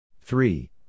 Three